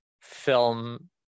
film